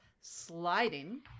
sliding